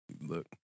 look